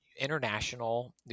international